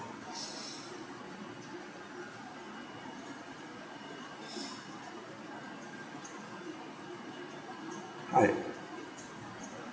hi